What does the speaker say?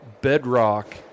bedrock